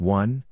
one